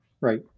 Right